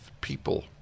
people